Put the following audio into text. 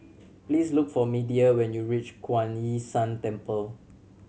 please look for Media when you reach Kuan Yin San Temple